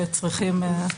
שצריכים.